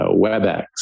WebEx